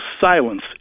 silence